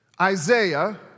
Isaiah